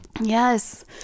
Yes